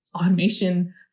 automation